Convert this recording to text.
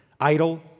Idle